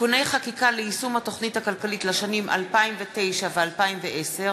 (תיקוני חקיקה להשגת יעדי התקציב לשנות התקציב 2015 ו-2016),